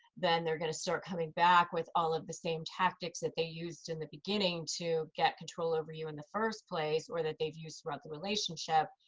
then they're going to start coming back with all of the same tactics that they used in the beginning to get control over you in the first place, or that they've used throughout the relationship.